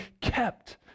kept